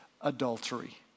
adultery